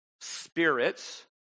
spirits